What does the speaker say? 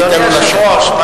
אדוני היושב-ראש,